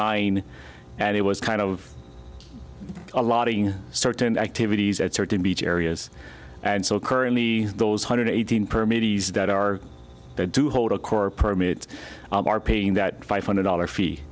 nine and it was kind of allotting certain activities at certain beach areas and so currently those hundred eighteen per midis that are there to hold a core permit are paying that five hundred dollars fee